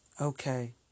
okay